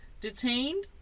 detained